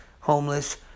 homeless